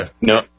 No